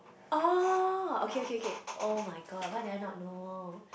oh okay okay okay [oh]-my-god why did I not know